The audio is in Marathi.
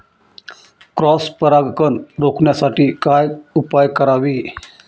क्रॉस परागकण रोखण्यासाठी काय उपाय करावे?